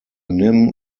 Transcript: nim